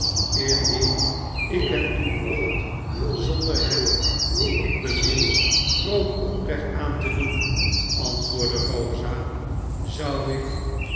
indien ik het doen mocht zonder hem dien ik bemin groot onrecht aan te doen antwoordde rosa zou ik